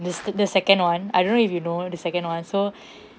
the s~ the second [one] I don't know if you know the second [one] so